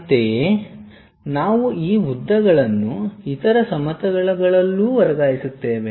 ಅಂತೆಯೇ ನಾವು ಈ ಉದ್ದಗಳನ್ನು ಇತರ ಸಮತಲಗಳಲ್ಲೂ ವರ್ಗಾಯಿಸುತ್ತೇವೆ